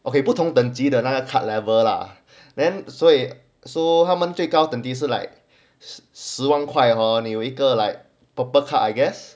okay 不同等级的那个 card level lah so 他们最高等级是 like 十万块哈你有一个 like purple card I guess